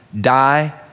die